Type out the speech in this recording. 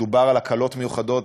דובר על הקלות מיוחדות,